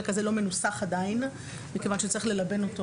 הזה עדיין לא מנוסח מכיוון שצריך ללבן אותו